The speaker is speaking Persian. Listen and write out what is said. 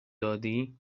دادی